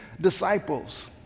disciples